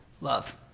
love